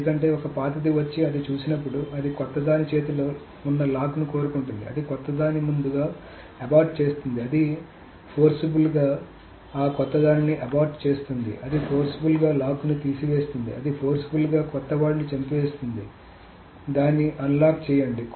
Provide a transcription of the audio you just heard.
ఎందుకంటే ఒక పాతది వచ్చి అది చూసినప్పుడు అది కొత్త దాని చేతిలో ఉన్న లాక్ ని కోరుకుంటుంది అది కొత్త దాని ముందుగా అబార్ట్ చేస్తుంది అది ఫోర్స్బిల్ గా ఆ కొత్త దానిని అబార్ట్ చేస్తుంది అది ఫోర్స్బిల్ గా లాక్ని తీసివేస్తుంది అది ఫోర్స్బిల్ గా కొత్త వాడిని చేస్తుంది దాన్ని అన్లాక్ చేయండి